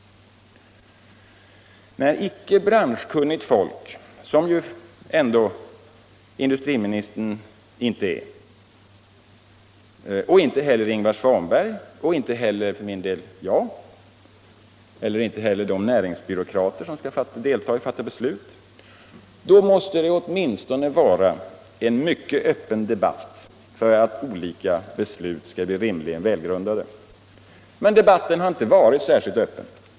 Industriministern är ändå inte branschkunnig, inte heller Ingvar Svanberg och för den delen inte heller jag, inte heller de näringsbyråkrater som skall vara med om att fatta beslut. Då måste det åtminstone vara en mycket öppen debatt för att olika beslut skall bli rimligen välgrundade. Men debatten har inte varit särskilt öppen.